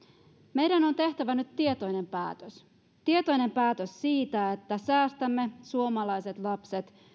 meidän on tehtävä nyt tietoinen päätös tietoinen päätös siitä että säästämme suomalaiset lapset